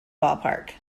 ballpark